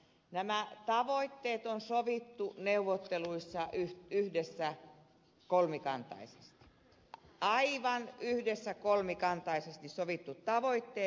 nämä tavoitteet on sovittu neuvotteluissa yhdessä kolmikantaisesti aivan yhdessä kolmikantaisesti sovittu tavoitteet